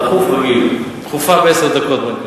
דחוף רגיל, דחופה בעשר דקות.